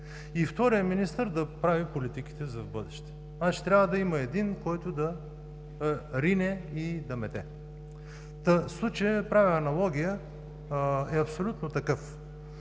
И вторият министър да прави политиките в бъдеще. Трябва да има един, който да рине и да мете. Случаят, правя аналогия, е абсолютно такъв.